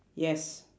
yes